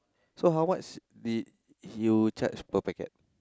so how much did you charge per packet